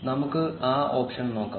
നമുക്ക് ആ ഓപ്ഷൻ നോക്കാം